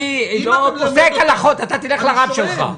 אני לא פוסק הלכות, אתה תלך לרב שלך.